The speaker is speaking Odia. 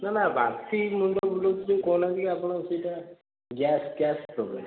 ନା ନା ବାନ୍ତି ମୁଣ୍ଡ ବୁଲାଉଛି ଯେଉଁ କହୁ ନାହାନ୍ତି ଆପଣ ସେଇଟା ଗ୍ୟାସ୍ ଗ୍ୟାସ୍ ପ୍ରୋବ୍ଲେମ୍